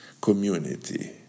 community